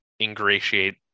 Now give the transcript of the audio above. ingratiate